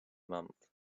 month